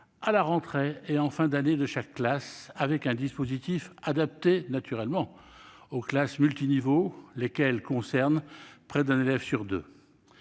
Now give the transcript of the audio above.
à la rentrée et en fin d'année de chaque classe, avec un dispositif adapté aux classes multiniveaux, lesquelles concernent près d'un élève sur deux.